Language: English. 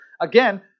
Again